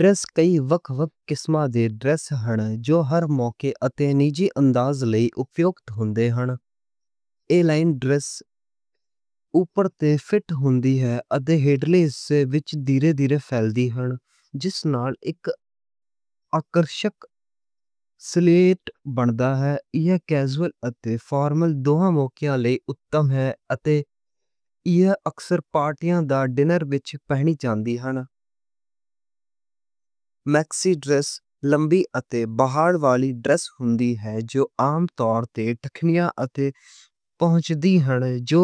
بیسکلی وک وک قسمہ دے ڈریس ہن، جو ہر موقعے اتے نیجی انداز لئی اپیوکت ہندے ہن۔ اے لائن ڈریس اتے فِٹ ہوندی ہے اتے ہِپ توں اس وچ دھیرے دھیرے فلیئر بن دا ہے۔ جس نال اک اکرشک سلویٹ بن دا ہے۔ ایہ کیژول اتے فارمل دوہاں موقعیاں لئی اُتم ہے۔ اتے ایہ اکثر پارٹیاں تے ڈنر وچ پہنی جاندی ہن۔ میکسی ڈریس لمبی اتے اکثر اَنکل ہائی ڈریس ہوندی ہے۔ جو عام طور اتے ٹکنیاں تے پہنچدی ہے۔ جو